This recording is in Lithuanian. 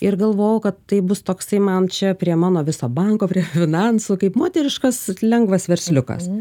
ir galvojau kad tai bus toksai man čia prie mano viso banko prie finansų kaip moteriškas lengvas versliukas